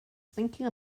thinking